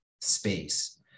space